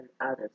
others